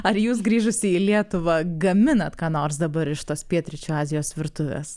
ar jūs grįžusi į lietuvą gaminat ką nors dabar iš tos pietryčių azijos virtuvės